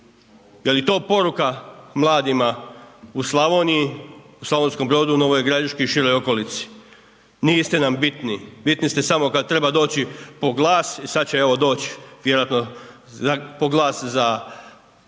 Je li to poruka mladima u Slavoniji, u Slavonskom Brodu, Novoj Gradiški i široj okolici? Niste nam bitni, bitni ste samo kad treba doći po glas i sad će evo doć vjerojatno po glas za